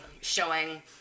showing